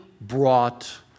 brought